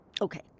Okay